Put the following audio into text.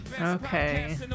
Okay